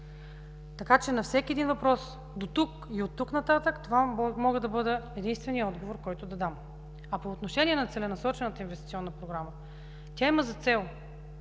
Така че на всеки един въпрос дотук и оттук нататък това може да бъде единственият отговор, който да дам. А по отношение на целенасочена инвестиционна програма – тя има за цел